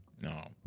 No